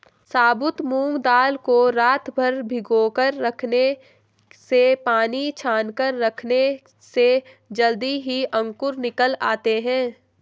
साबुत मूंग दाल को रातभर भिगोकर रखने से पानी छानकर रखने से जल्दी ही अंकुर निकल आते है